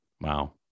Wow